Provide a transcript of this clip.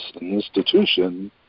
institution